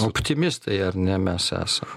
optimistai ar ne mes esam